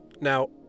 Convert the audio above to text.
Now